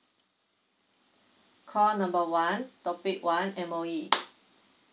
call number one topic one M_O_E